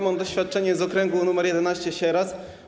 Mam doświadczenie z okręgu nr 11, z Sieradza.